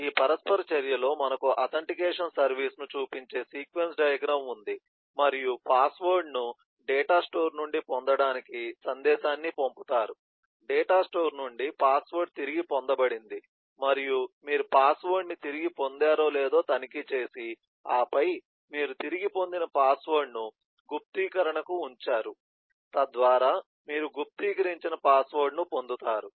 కాబట్టి ఈ పరస్పర చర్యలో మనకు అతంటికేషన్ సర్వీస్ ను చూపించే సీక్వెన్స్ డయాగ్రమ్ ఉంది మరియు పాస్వర్డ్ ను డేటా స్టోర్ నుండి పొందడానికి సందేశాన్ని పంపుతారు డేటా స్టోర్ నుండి పాస్వర్డ్ తిరిగి పొందబడింది మరియు మీరు పాస్వర్డ్ను తిరిగి పొందారో లేదో తనిఖీ చేసి ఆపై మీరు తిరిగి పొందిన పాస్వర్డ్ను గుప్తీకరణకు ఉంచారు తద్వారా మీరు గుప్తీకరించిన పాస్వర్డ్ ను పొందుతారు